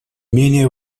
менее